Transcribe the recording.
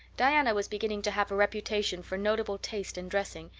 diana was beginning to have a reputation for notable taste in dressing,